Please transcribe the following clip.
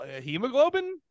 hemoglobin